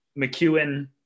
McEwen